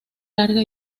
larga